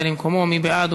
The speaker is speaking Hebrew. הזאת.